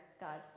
God's